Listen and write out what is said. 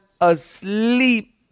asleep